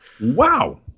Wow